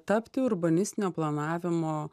tapti urbanistinio planavimo